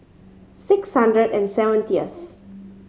six hundred and seventieth